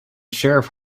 sheriff